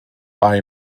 bei